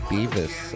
Beavis